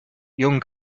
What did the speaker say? young